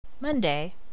Monday